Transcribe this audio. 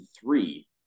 three